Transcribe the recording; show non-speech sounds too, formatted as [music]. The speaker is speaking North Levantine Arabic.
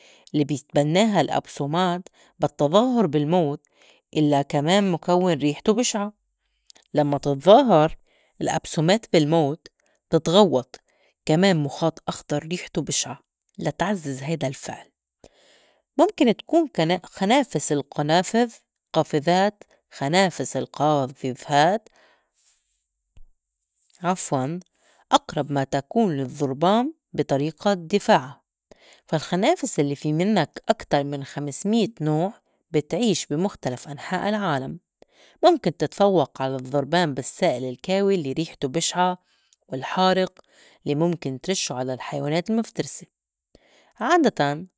يلي بتتبنّاها الأبسومات بالتّظاهُر بالموت إلّا كمان مكوّن ريحته بشعة لمّا تتظاهر [noise] الأبسومات بالموت بتتغوّط كمان مُخاط أخضر ريحته بشعة لتعزّز هيدا الفعل مُمكن تكون ك خنافس القنافذ القافذات [unintelligible] خنافس القافذات [noise] عفواً أقرب ما تكون للظربان بي طريقة دِفاعا، فا الخنافس لي في مِنّا أكتر من خمس مية نوع بتعيش بي مُختلف أنحاء العالم مُمكن تتفوّق على الظربان بالسّائل الكاوي لي ريحته بشعة والحارق لي مُمكن ترشّو على الحيوانات المفترسة عادتاً.